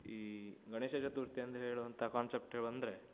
ಈ ಗಣೇಶ ಚತುರ್ಥಿ ಅಂದು ಹೇಳುವಂಥ ಕಾನ್ಸೆಪ್ಟು ಅಂದರೆ